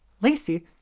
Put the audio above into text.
Lacey